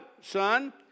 son